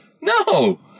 No